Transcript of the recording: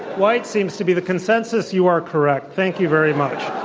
white seems to be the consensus. you are correct. thank you very much.